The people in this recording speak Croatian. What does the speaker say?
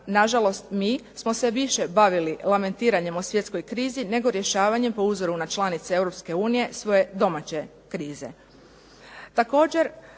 nažalost mi smo se više bavili lamentiranjem o svjetskoj krizi nego rješavanjem po uzoru na članice EU svoje domaće krize.